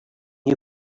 you